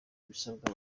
ibisabwa